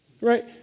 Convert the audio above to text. Right